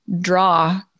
draw